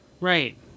Right